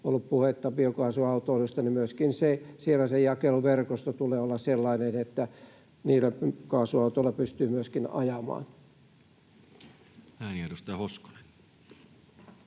ollut puhetta biokaasusta, biokaasuautoista, myöskin sen jakeluverkoston tulee olla sellainen, että niillä kaasuautoilla pystyy ajamaan. Edustaja Hoskonen.